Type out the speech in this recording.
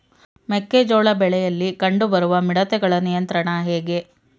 ಮೆಕ್ಕೆ ಜೋಳ ಬೆಳೆಯಲ್ಲಿ ಕಂಡು ಬರುವ ಮಿಡತೆಗಳ ನಿಯಂತ್ರಣ ಹೇಗೆ?